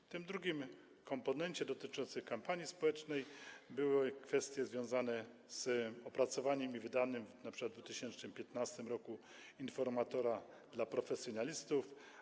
W tym drugim komponencie dotyczącym kampanii społecznej były kwestie związane z opracowaniem i wydaniem np. w 2015 r. „Informatora dla profesjonalistów.